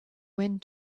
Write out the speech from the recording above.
wind